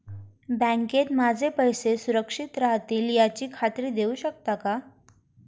बँकेत माझे पैसे सुरक्षित राहतील याची खात्री देऊ शकाल का?